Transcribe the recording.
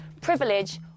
privilege